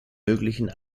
möglichen